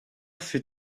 fut